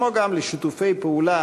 כמו גם לשיתופי פעולה